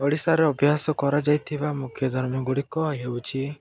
ଓଡ଼ିଶାରେ ଅଭ୍ୟାସ କରାଯାଇଥିବା ମୁଖ୍ୟ ଗୁଡ଼ିକ ହେଉଛି